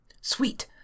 Sweet